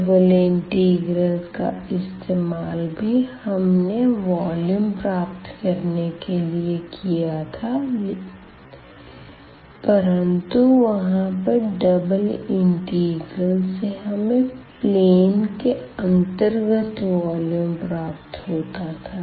double integral का इस्तेमाल भी हमने वॉल्यूम प्राप्त करने के लिए किया था परंतु वहां डबल इंटीग्रल से हमें प्लेन के अंतर्गत वॉल्यूम प्राप्त होता था